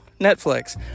Netflix